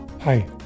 Hi